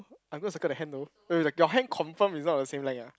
I'm going to circle the hand though wait wait your hand confirm is not the same length ah